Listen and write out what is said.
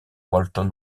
walton